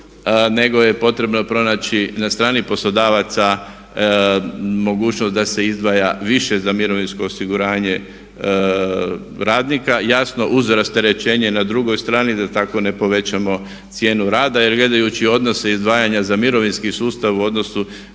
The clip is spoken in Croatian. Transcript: nego je potrebno pronaći na strani poslodavaca mogućnost da se izdvaja više za mirovinsko osiguranje radnika. Jasno uz rasterećenje na drugoj strani da tako ne povećamo cijenu rada. Jer gledajući odnose izdvajanja za mirovinski sustav u odnosu